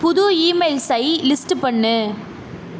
புது இமெயில்ஸை லிஸ்ட் பண்ணு